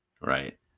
Right